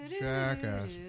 jackass